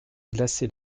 glaçait